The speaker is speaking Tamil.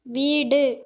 வீடு